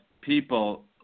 people